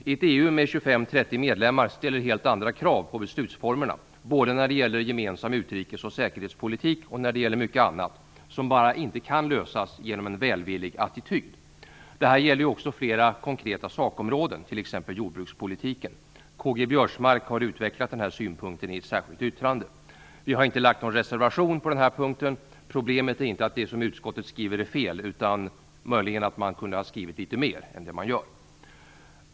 I ett EU med 25-30 medlemmar ställs det helt andra krav på beslutsformerna när det gäller gemensam utrikes och säkerhetspolitik och mycket annat som bara inte kan lösas genom en välvillig attityd. Det gäller också flera konkreta sakområden, t.ex. jordbrukspolitiken. Karl-Göran Biörsmark har utvecklat den synpunkten i ett särskilt yttrande. Vi har inte lagt någon reservation på den här punkten. Problemet är inte att det som utskottet skriver är fel, utan att man möjligen kunde ha skrivit litet mer än vad man gör.